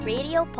Radio